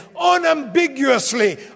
unambiguously